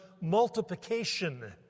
multiplication